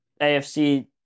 AFC